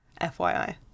FYI